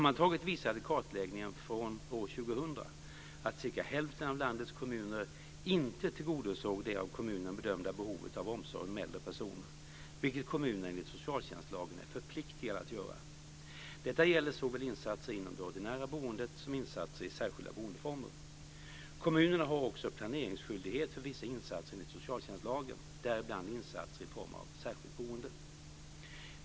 att cirka hälften av landets kommuner inte tillgodosåg det av kommunen bedömda behovet av omsorg om äldre personer, vilket kommunerna enligt socialtjänstlagen är förpliktade att göra. Detta gäller såväl insatser inom det ordinära boendet som insatser i särskilda boendeformer. Kommunerna har också planeringsskyldighet för vissa insatser enligt socialtjänstlagen - däribland insatser i form av särskilt boende.